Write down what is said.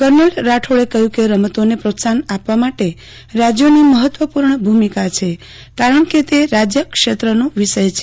kernel રાઠોડે કહયું કે રમતોને પ્રોત્સાહન આપવા માટે રાજયોની મહત્વપુર્જ્ઞ ભૂમિકા છે કારજ્ઞ કે તે રાજય ક્ષેત્રનો વિષય છે